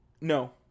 No